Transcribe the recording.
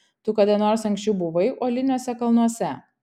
tu kada nors anksčiau buvai uoliniuose kalnuose